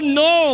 no